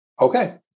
Okay